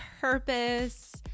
purpose